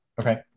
Okay